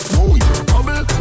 Bubble